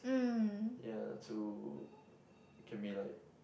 yeah to it can be like